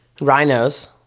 rhinos